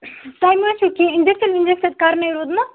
تۄہہِ ما حظ چُھو کیٚنٛہہ اِنجَکشن وِنجَکشن کَرنے رودمُت